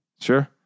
Sure